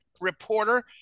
reporter